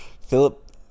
Philip